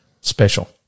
special